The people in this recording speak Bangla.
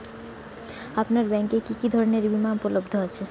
আপনার ব্যাঙ্ক এ কি কি ধরনের বিমা উপলব্ধ আছে?